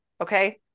okay